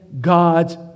God's